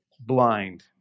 blind